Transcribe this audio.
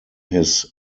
his